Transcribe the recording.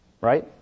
Right